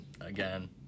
again